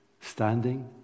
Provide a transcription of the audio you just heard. standing